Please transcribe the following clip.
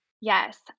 Yes